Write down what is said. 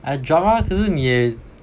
ah drama 可是你也